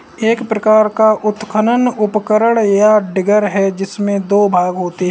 एक प्रकार का उत्खनन उपकरण, या डिगर है, जिसमें दो भाग होते है